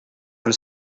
and